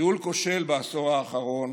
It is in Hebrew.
ניהול כושל בעשור האחרון,